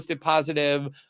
positive